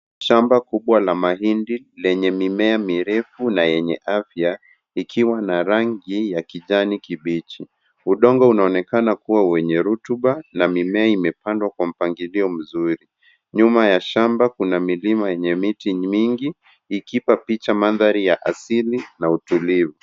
Shamba kubwa la mahindi lenye mimea mirefu na yenye afya ikiwa na rangi ya kijani kibichi. Udongo unaonekana kuwa wenye rutuba na mimea imepandwa kwa mpangilio mzuri. Nyuma ya shamba kuna milima yenye miti mingi ikipa picha mandhari ya asili na utulivu.